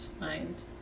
mind